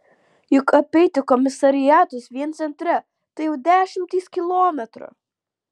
juk apeiti komisariatus vien centre tai jau dešimtys kilometrų